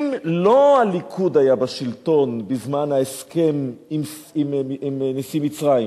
אם לא הליכוד היה בשלטון בזמן ההסכם עם נשיא מצרים,